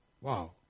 Wow